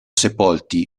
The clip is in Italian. sepolti